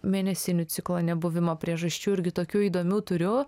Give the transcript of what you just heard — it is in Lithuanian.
mėnesinių ciklo nebuvimo priežasčių irgi tokių įdomių turiu